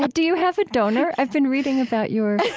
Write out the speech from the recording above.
but do you have a donor? i've been reading about your